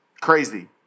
crazy